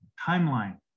Timeline